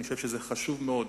אני חושב שזה חשוב מאוד.